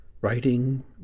writing